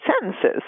sentences